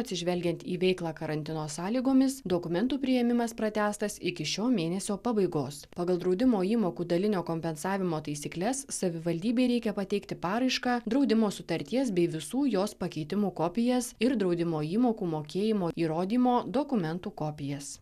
atsižvelgiant į veiklą karantino sąlygomis dokumentų priėmimas pratęstas iki šio mėnesio pabaigos pagal draudimo įmokų dalinio kompensavimo taisykles savivaldybei reikia pateikti paraišką draudimo sutarties bei visų jos pakeitimų kopijas ir draudimo įmokų mokėjimo įrodymo dokumentų kopijas